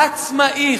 עצמאי,